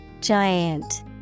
Giant